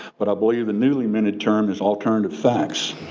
but i believe the newly-minted term is alternative facts.